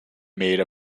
made